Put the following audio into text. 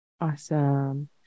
awesome